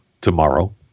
tomorrow